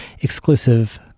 exclusive